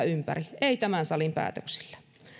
ympäri emme tämän salin päätöksillä